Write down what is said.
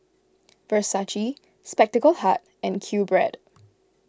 Versace Spectacle Hut and Qbread